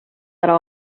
ära